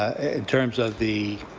ah in terms of the